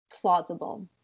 plausible